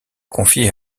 confié